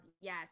yes